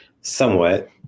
somewhat